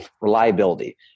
reliability